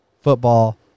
football